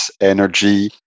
energy